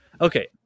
okay